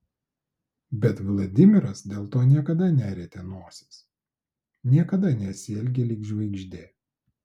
bet vladimiras dėl to niekada nerietė nosies niekada nesielgė lyg žvaigždė